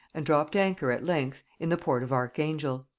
and dropped anchor at length in the port of archangel.